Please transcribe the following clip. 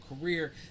career